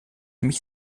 mich